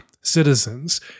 citizens